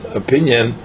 opinion